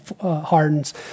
hardens